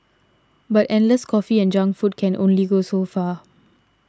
but endless coffee and junk food can only go so far